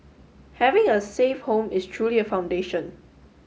having a safe home is truly a foundation